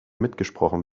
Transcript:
mitgesprochen